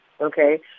Okay